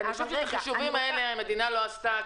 את החישובים האלה המדינה לא עשתה,